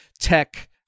tech